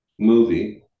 movie